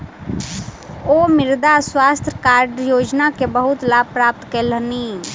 ओ मृदा स्वास्थ्य कार्ड योजना के बहुत लाभ प्राप्त कयलह्नि